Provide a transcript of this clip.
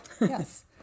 Yes